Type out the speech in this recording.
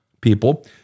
people